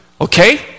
Okay